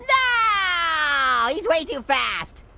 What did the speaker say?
ah he's way too fast.